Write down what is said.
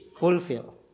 fulfill